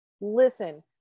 Listen